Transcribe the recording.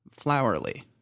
Flowerly